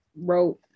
wrote